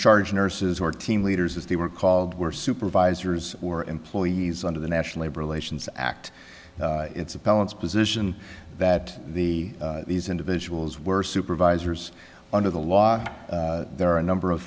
charge nurses or team leaders as they were called were supervisors or employees under the national labor relations act it's a balance position that the these individuals were supervisors under the law there are a number of